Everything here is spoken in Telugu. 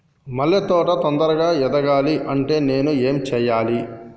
మల్లె తోట తొందరగా ఎదగాలి అంటే నేను ఏం చేయాలి?